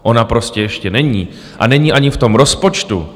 Ona prostě ještě není a není ani v tom rozpočtu.